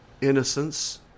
innocence